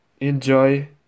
enjoy